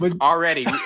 Already